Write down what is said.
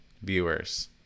viewers